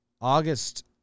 August